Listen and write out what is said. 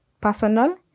personal